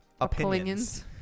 opinions